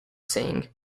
seeing